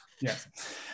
Yes